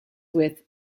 with